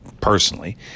personally